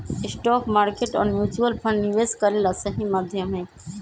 stock market और mutual fund निवेश करे ला सही माध्यम हई